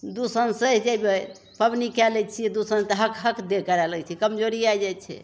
दू साँझ सहि जेबय पबनी कए लै छियै दू साँझ तऽ हकहक देह करय लगय छै कमजोरी आइ जाइ छै